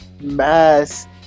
mass